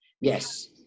Yes